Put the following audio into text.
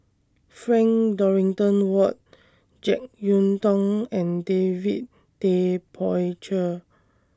Frank Dorrington Ward Jek Yeun Thong and David Tay Poey Cher